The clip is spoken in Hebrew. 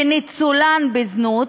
וניצולן בזנות,